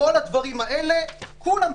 כל הדברים האלו כולם בסגר.